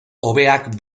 hobeak